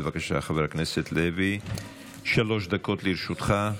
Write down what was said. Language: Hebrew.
בבקשה, חבר הכנסת לוי, שלוש דקות לרשותך.